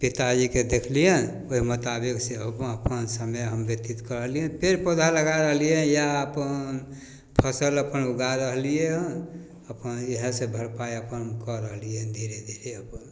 पिताजीके देखलिअनि ओहि मोताबिक से ओ अपन समय हम अपन व्यतीत कऽ रहलिए पेड़ पौधा लगा रहलिए या अपन फसल अपन उगा रहलिए हँ अपन जे हइ से अपन जे हइ से भरपाइ अपन कऽ रहलिए हँ धीरे धीरे अपन बस